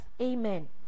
amen